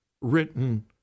written